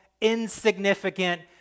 insignificant